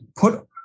put